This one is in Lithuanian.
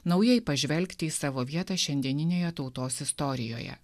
naujai pažvelgti į savo vietą šiandieninėje tautos istorijoje